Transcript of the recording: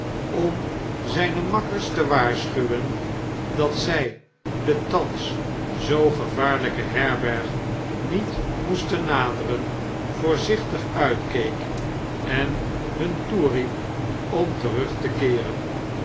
om zijne makkers te waarschuwen dat zij le thans zoo gevaarhjke herberg niet moesten naderen voorzichti ontkeek en hun toeriep om terug te keeren